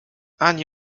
ani